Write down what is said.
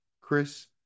Chris